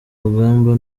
rugamba